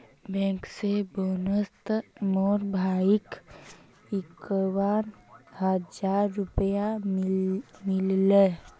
bankers बोनसोत मोर भाईक इक्यावन हज़ार रुपया मिलील